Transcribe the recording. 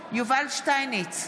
יובל שטייניץ,